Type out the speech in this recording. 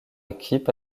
équipes